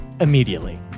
immediately